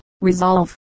resolve